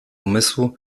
umysłu